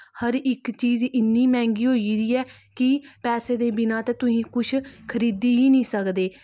हर इक चीज इन्नी मैंह्गी होई गेदी ऐ कि पैसे दे बिना ते तुहीं कुछ खरीदी ई नेईं सकदे